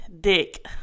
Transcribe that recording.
dick